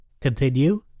Continue